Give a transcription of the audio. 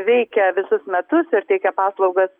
veikia visus metus ir teikia paslaugas